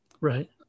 Right